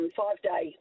five-day